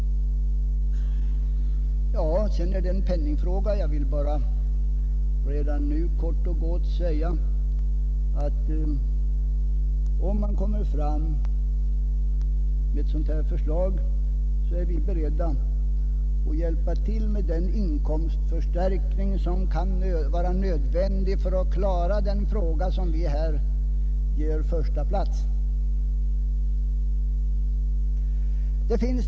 Sedan är det penningfrågan. Jag vill redan nu kort och gott säga att om man lägger fram ett dylikt förslag, är vi beredda att hjälpa till med den inkomstförstärkning som kan vara nödvändig för att klara den reform som vi här ger den första platsen.